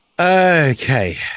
Okay